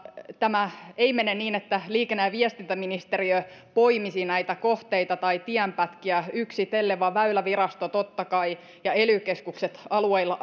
tämä ei mene niin että liikenne ja viestintäministeriö poimisi näitä kohteita tai tienpätkiä yksitellen vaan väylävirasto totta kai ja ely keskukset alueilla